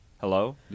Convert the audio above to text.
Hello